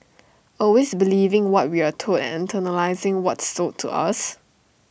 always believing what we are told and internalising what's sold to us